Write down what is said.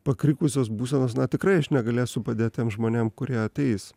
pakrikusios būsenos na tikrai aš negalėsiu padėt tiem žmonėm kurie ateis